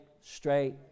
straight